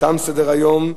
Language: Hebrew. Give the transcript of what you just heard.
ותם סדר-היום.